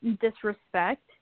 disrespect